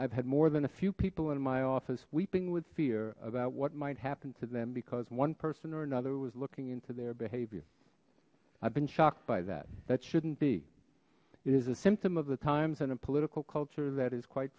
i've had more than a few people in my office weeping with fear about what might happen to them because one person or another was looking into their behavior i've been shocked by that that shouldn't be is a symptom of the times and a political culture that is quite